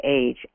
age